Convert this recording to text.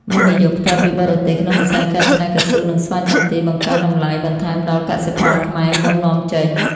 វិនិយោគផ្ទាល់ពីបរទេស ក្នុងវិស័យកែច្នៃកៅស៊ូ និងស្វាយចន្ទី បង្កើនតម្លៃបន្ថែមដល់កសិផលខ្មែរមុននាំចេញ។